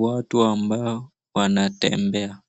Watu ambao wanatembea,